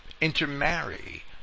intermarry